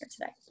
today